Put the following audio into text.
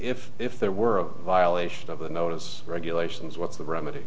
if if there were violations of the notice regulations what's the remedy